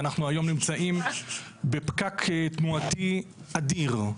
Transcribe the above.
ואנחנו היום נמצאים בפקק תנועתי אדיר,